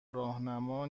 راهنما